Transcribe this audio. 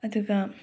ꯑꯗꯨꯒ